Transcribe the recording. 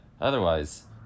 otherwise